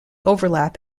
overlap